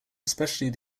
especially